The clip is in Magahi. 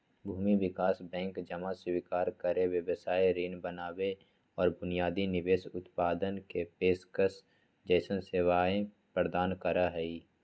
भूमि विकास बैंक जमा स्वीकार करे, व्यवसाय ऋण बनावे और बुनियादी निवेश उत्पादन के पेशकश जैसन सेवाएं प्रदान करा हई